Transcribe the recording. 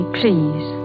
please